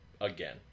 again